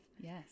Yes